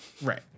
Right